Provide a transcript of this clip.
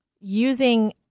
using